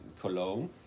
Cologne